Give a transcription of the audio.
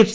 F